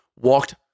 walked